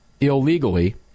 illegally